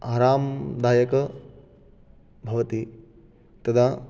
आरामदायिका भवति तदा